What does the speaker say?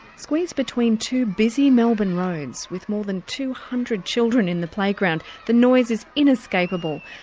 squeezed between two busy melbourne roads with more than two hundred children in the playground, the noise is inescapable.